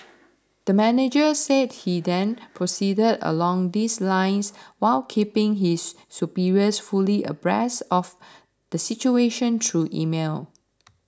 the manager said he then proceeded along these lines while keeping his superiors fully abreast of the situation through email